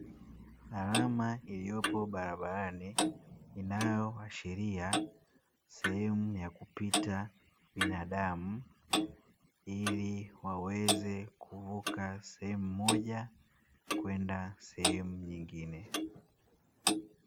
Alama iliyopo barabarani inaoashiria sehemu ya kupita binadamu, ili waweze kuvuka sehemu moja kwenda sehemu nyingine.